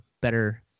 better